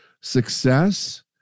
Success